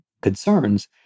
concerns